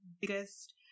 biggest